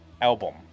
album